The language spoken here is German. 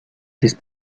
ist